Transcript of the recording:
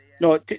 No